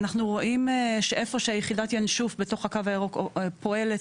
אנחנו רואים איפה שיחידת ינשוף בתוך הקו הירוק פועלת,